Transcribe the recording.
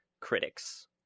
critics